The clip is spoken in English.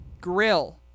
Grill